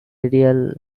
radial